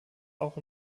auch